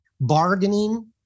bargaining